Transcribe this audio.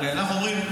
הרי אנחנו אומרים,